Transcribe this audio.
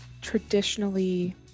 traditionally